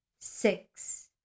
six